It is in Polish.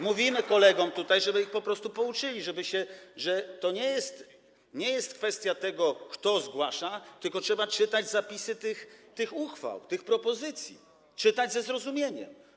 Mówimy kolegom tutaj, żeby ich po prostu pouczyli, że to nie jest kwestia tego, kto zgłasza, tylko trzeba czytać zapisy tych uchwał, tych propozycji, czytać ze zrozumieniem.